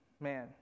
Man